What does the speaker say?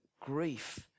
grief